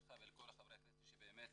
לך ולכל חברי הכנסת שבאמת